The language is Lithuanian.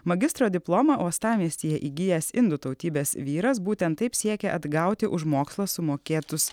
magistro diplomą uostamiestyje įgijęs indų tautybės vyras būtent taip siekia atgauti už mokslą sumokėtus